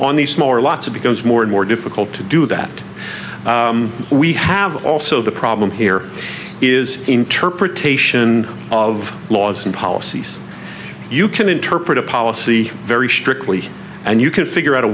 on these smaller lots of becomes more and more difficult to do that we have also the problem here is interpretation of laws and policies you can interpret a policy very strictly and you can figure out a